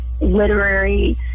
literary